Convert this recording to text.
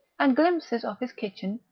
and glimpses of his kitchen,